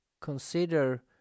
consider